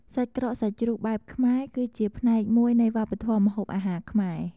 សាច់ក្រកសាច់ជ្រូកបែបខ្មែរគឺជាផ្នែកមួយនៃ វប្បធម៌ម្ហូបអាហារខ្មែរ។